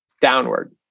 downward